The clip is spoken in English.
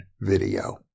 video